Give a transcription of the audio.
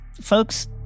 folks